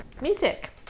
music